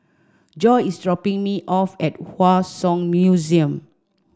Joi is dropping me off at Hua Song Museum